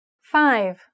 Five